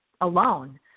alone